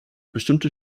bestimmte